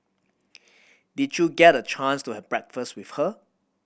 did you get a chance to have breakfast with her